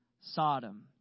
Sodom